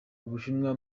ubushinwa